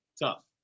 Tough